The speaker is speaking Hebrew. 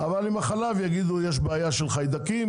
אבל עם החלב יגידו יש בעיה של חיידקים,